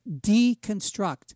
deconstruct